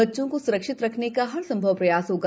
बच्चों को स्रक्षित रखने का हर संभव प्रयास होगा